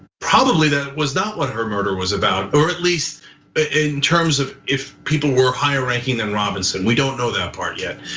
probably that was not what her murder was about, or at least in terms of if people were higher ranking than robinson, we don't know that part yet.